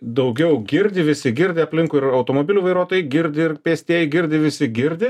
daugiau girdi visi girdi aplinkui ir automobilių vairuotojai girdi ir pėstieji girdi visi girdi